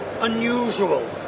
unusual